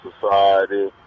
Society